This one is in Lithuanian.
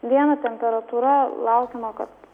dieną temperatūra laukiama kad